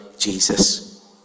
Jesus